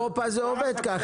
באירופה זה עובד ככה,